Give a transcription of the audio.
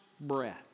breath